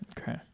Okay